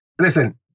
Listen